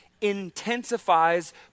intensifies